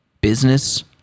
business